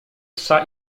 psa